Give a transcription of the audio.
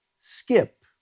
skip